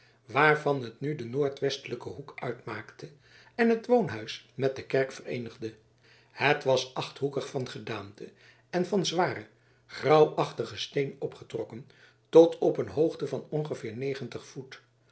waarvan het nu den noordwestelijken hoek uitmaakte en het woonhuis met de kerk vereenigde het was achthoekig van gedaante en van zwaren grauwachtigen steen opgetrokken tot op een hoogte van ongeveer negentig voet